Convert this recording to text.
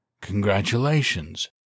Congratulations